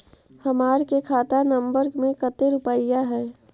हमार के खाता नंबर में कते रूपैया है?